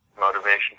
motivation